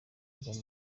majana